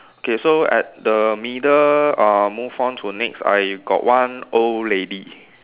okay so at the middle uh move on to next I got one old lady